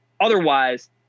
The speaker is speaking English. otherwise